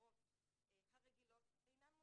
מהמסגרות הרגילות אינן מונגשות.